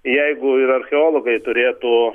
jeigu ir archeologai turėtų